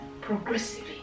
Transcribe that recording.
progressively